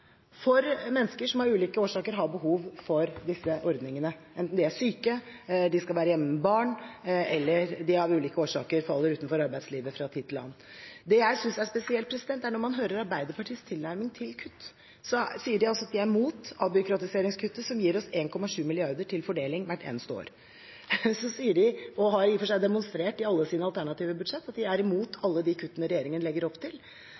for mennesker som av ulike årsaker har behov for disse ordningene, enten de er syke, de skal være hjemme med barn eller de av ulike årsaker faller utenfor arbeidslivet fra tid til annen. Det jeg synes er spesielt, er at når man hører Arbeiderpartiets tilnærming til kutt, sier de at de er imot avbyråkratiseringskuttet, som gir oss 1,7 mrd. kr til fordeling hvert eneste år. Så sier de – og har i og for seg demonstrert det i alle sine alternative budsjett – at de er imot alle de kuttene regjeringen legger opp til,